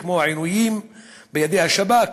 כמו עינויים בידי השב"כ,